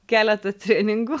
keletą treningų